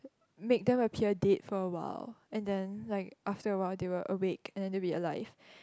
make them appear dead for a while and then like after a while they will awake and then they will be alive